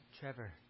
Trevor